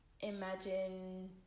imagine